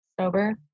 Sober